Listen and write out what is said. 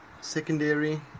Secondary